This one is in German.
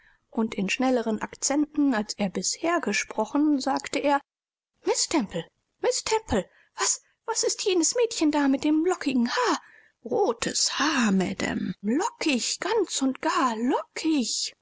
und in schnelleren accenten als er bisher gesprochen sagte er miß temple miß temple was was ist jenes mädchen da mit dem lockigen haar rotes haar madam lockig ganz und gar lockig